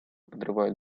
подрывают